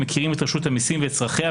המכירים את רשות המיסים ואת צורכיה,